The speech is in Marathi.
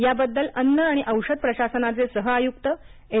याबद्दल अन्न आणि औषध प्रशासनाचे सहआयुक्त एस